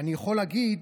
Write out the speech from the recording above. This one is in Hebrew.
אני יכול להגיד